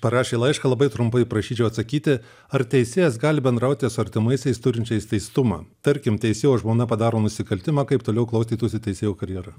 parašė laišką labai trumpai prašyčiau atsakyti ar teisėjas gali bendrauti su artimaisiais turinčiais teistumą tarkim teisėjo žmona padaro nusikaltimą kaip toliau klostytųsi teisėjo karjera